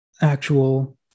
actual